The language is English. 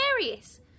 hilarious